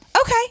Okay